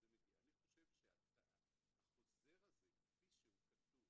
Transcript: אני חושב שהחוזר הזה, כפי שהוא כתוב